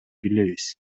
билебиз